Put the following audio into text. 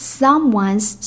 someone's